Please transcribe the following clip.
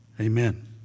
Amen